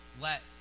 let